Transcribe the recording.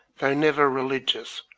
though never religious,